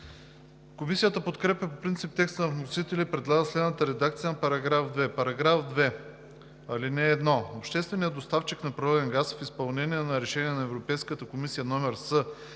Комисията подкрепя по принцип текста на вносителя и предлага следната редакция на § 2: „2. (1) Общественият доставчик на природен газ в изпълнение на Решение на Европейската комисия № С